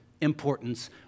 importance